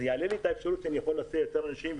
זה יעלה לי את האפשרות שאני יכול להסיע יותר אנשים.